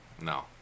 No